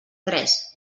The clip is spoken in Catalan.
tres